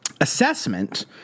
assessment